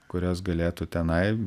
kurios galėtų tenai